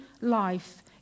life